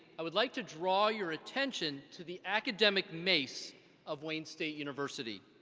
i would like to draw your attention to the academic mace of wayne state university.